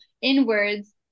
inwards